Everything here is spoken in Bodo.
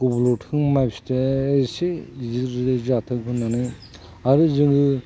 गब्ल'थों माइ फिथाइआ एसे जिरजिरि जाथों होननानै आरो जोङो